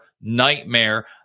nightmare